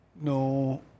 No